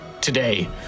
Today